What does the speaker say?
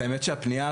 אתה מכיר את האירוע?